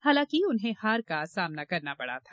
हालांकि उन्हें हार का सामना करना पड़ा था